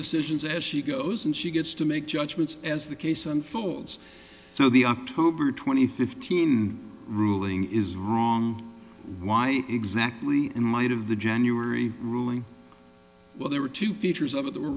decisions as she goes and she gets to make judgments as the case unfolds so the october twenty fifth teen ruling is wrong why exactly in mind of the january ruling well there were two features of it the